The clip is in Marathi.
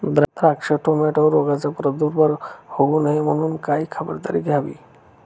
द्राक्ष, टोमॅटोवर रोगाचा प्रादुर्भाव होऊ नये म्हणून काय खबरदारी घ्यावी?